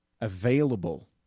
available